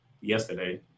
yesterday